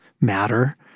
matter